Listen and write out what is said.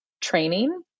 training